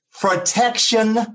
protection